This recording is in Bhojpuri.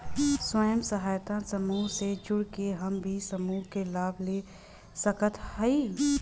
स्वयं सहायता समूह से जुड़ के हम भी समूह क लाभ ले सकत हई?